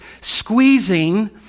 squeezing